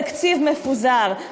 התקציב מפוזר,